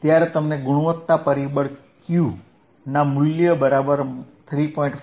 ત્યારે તમને ગુણવત્તા પરિબળ Q ના મૂલ્ય બરાબર 3